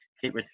keep